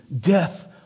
death